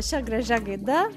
šia gražia gaida